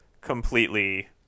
completely